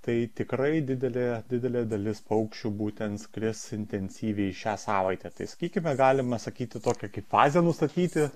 tai tikrai didelė didelė dalis paukščių būtent skris intensyviai šią savaitę tai sakykime galima sakyti tokia kaip fazę nustatyti